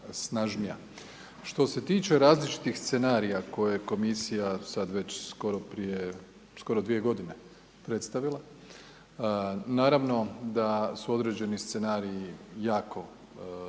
Što se tiče različitih scenarija koje Komisija, sad već skoro prije, skoro dvije godine predstavila, naravno da su određeni scenariji jako, možemo